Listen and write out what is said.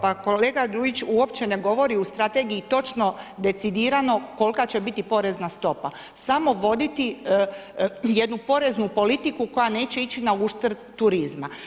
Pa kolega Đujić, uopće ne govori u strategiji točno decidirano kolika će biti porezna stopa, samo voditi jednu poreznu politiku koja neće ići na uštrp turizma.